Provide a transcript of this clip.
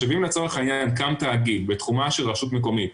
אם לצורך העניין קם תאגיד בתחומה של רשות מקומית,